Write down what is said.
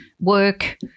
work